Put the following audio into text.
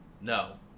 no